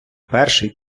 перший